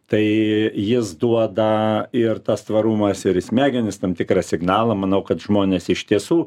tai jis duoda ir tas tvarumas ir į smegenis tam tikrą signalą manau kad žmonės iš tiesų